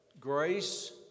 grace